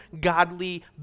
godly